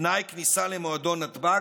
כתנאי כניסה למועדון נתב"ג?